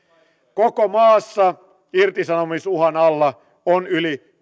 koko maassa irtisanomisuhan alla on yli